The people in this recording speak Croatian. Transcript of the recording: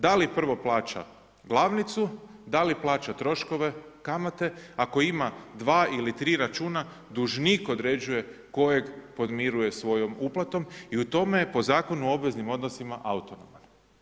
Da li prvo plaća glavnicu, da li plaća troškove, kamate, ako ima 2 ili 3 računa, dužnik određuje kojeg podmiruje svojom uplatom i u tome po Zakonu o obveznim odnosima autonoman.